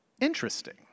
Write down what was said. interesting